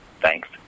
Thanks